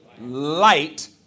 light